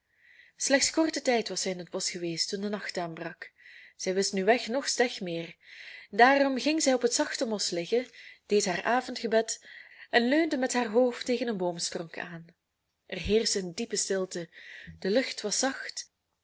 slechts korten tijd was zij in het bosch geweest toen de nacht aanbrak zij wist nu weg noch steg meer daarom ging zij op het zachte mos liggen deed haar avondgebed en leunde met haar hoofd tegen een boomtronk aan er heerschte een diepe stilte de lucht was zacht